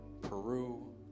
Peru